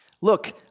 Look